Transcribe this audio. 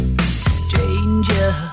Stranger